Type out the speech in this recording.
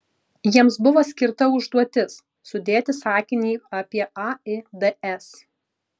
jiems buvo skirta užduotis sudėti sakinį apie aids